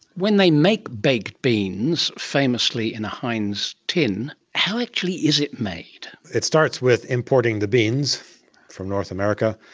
when they make baked beans, famously in a heinz tin, how actually is it made? it starts with importing the beans from north america.